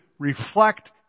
reflect